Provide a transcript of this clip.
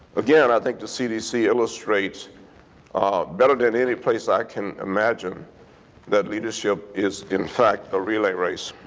again, i think the cdc illustrates better than any place i can imagine that leadership is in fact a relay race.